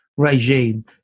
regime